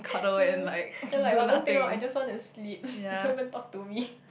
ya then like oh don't think orh I just want to sleep don't even talk to me